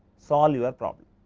solve your problem.